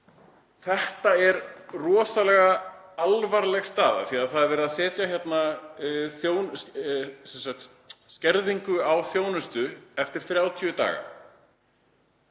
Þetta er rosalega alvarleg staða því það er verið að setja skerðingu á þjónustu eftir 30 daga.